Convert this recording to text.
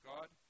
God